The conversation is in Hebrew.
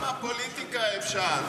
כמה פוליטיקה אפשר?